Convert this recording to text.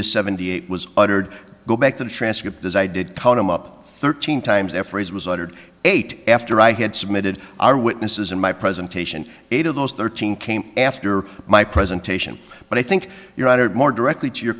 to seventy eight was uttered go back to the transcript as i did call them up thirteen times their phrase was uttered eight after i had submitted our witnesses and my presentation eight of those thirteen came after my presentation but i think you're right or more directly to your